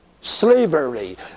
slavery